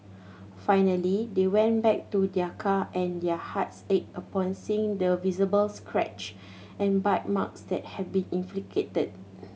finally they went back to their car and their hearts ached upon seeing the visible scratch and bite marks that had been inflicted